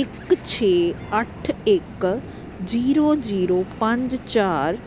ਇੱਕ ਛੇ ਅੱਠ ਇੱਕ ਜੀਰੋ ਜੀਰੋ ਪੰਜ ਚਾਰ